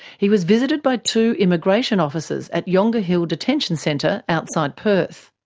he was visited by two immigration officers at yongah hill detention centre, outside perth.